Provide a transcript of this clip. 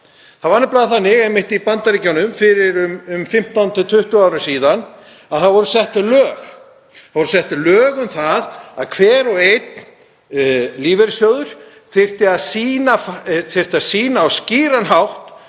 Það var nefnilega þannig í Bandaríkjunum fyrir um 15–20 árum síðan að þá voru sett þau lög um það að hver og einn lífeyrissjóður þyrfti að sýna á skýran hátt